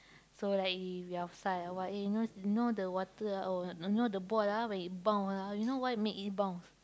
so like he if we outside or what eh you know you know the water oh you know the ball ah when it bounce ah you know what make it bounce